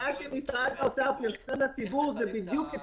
מה שהוא פרסם לציבור זה משהו אחר?